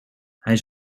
hij